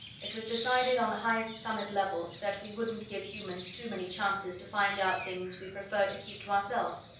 it was decided, on the highest summit levels, that we wouldn't give humans too many chances to find out things we preferred to keep to ourselves.